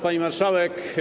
Pani Marszałek!